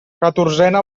catorzena